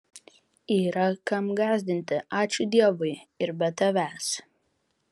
yra kam gąsdinti ačiū dievui ir be tavęs